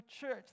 church